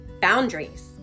boundaries